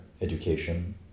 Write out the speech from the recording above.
education